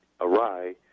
awry